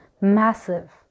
massive